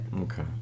Okay